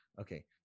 okay